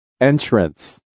Entrance